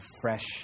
fresh